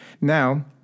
now